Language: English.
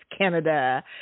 Canada